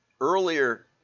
earlier